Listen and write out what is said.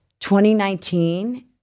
2019